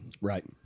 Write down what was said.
Right